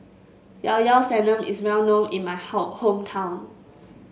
Llao Llao Sanum is well known in my how hometown